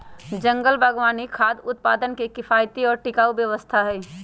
जंगल बागवानी खाद्य उत्पादन के किफायती और टिकाऊ व्यवस्था हई